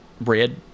red